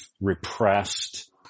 repressed